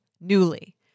Newly